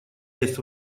есть